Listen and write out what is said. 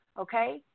okay